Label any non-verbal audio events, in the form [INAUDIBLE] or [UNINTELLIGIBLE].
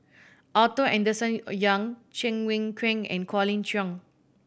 Arthur Henderson [UNINTELLIGIBLE] Young Cheng Wai Keung and Colin Cheong